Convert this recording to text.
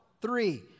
three